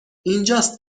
اینجاست